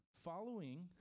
following